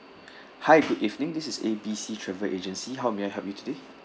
hi good evening this is A B C travel agency how may I help you today